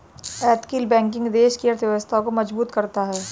ethical banking देश की अर्थव्यवस्था को मजबूत करता है